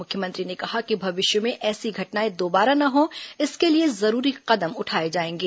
मुख्यमंत्री ने कहा कि भविष्य में ऐसी घटनाएं दोबारा न हो इसके लिए जरुरी कदम उठाए जाएंगे